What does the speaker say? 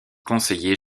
conseiller